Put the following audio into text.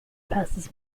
passes